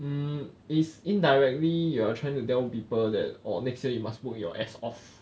mm it's indirectly you are trying to tell people that orh next year you must work your ass off